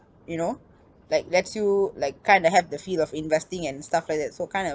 you know like lets you like kinda have the feel of investing and stuff like that so kind of